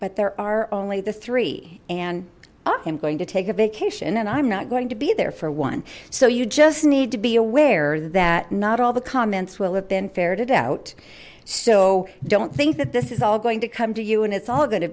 but there are only the three and i am going to take a vacation and i'm not going to be there for one so you just need to be aware that not all the comments will have been ferret it out so don't think that this is all going to come to you and it's all going to